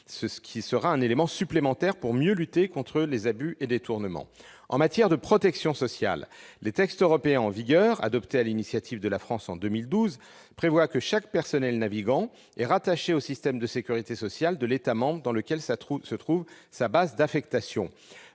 qui sera un élément supplémentaire pour mieux lutter contre les abus et détournements. En matière de protection sociale, les textes européens en vigueur, adoptés sur l'initiative de la France en 2012, prévoient que chaque personnel navigant est rattaché au système de sécurité sociale de l'État membre dans lequel se trouve sa base d'affectation.